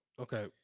Okay